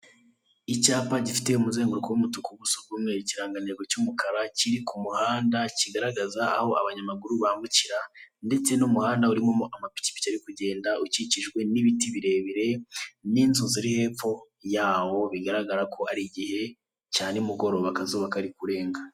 Icyapa gifite umuzenguruko w'umutuku gusa ukomeye cyane cyo gukara kiri ku muhanda kigaragaza aho abanyamaguru bambukira, ndetse n'umuhanda urimo amapikipiki arikugenda ukikijwe n'ibiti birebire n'inzu ziri hepfo yawo bigaragara ko ari igihe cya ni mugoroba akazuba karikurenga.